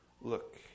Look